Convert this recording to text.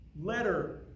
letter